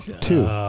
Two